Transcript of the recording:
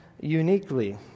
uniquely